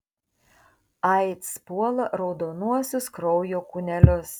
aids puola raudonuosius kraujo kūnelius